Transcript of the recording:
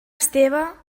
esteve